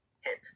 hit